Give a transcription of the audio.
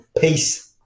Peace